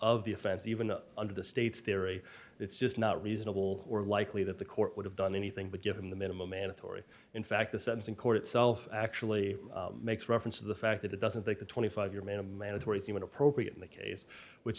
of the offense even under the state's theory it's just not reasonable or likely that the court would have done anything but given the minimal mandatory in fact the sentencing court itself actually makes reference to the fact that it doesn't make the twenty five year minimum mandatory seemed appropriate in the case which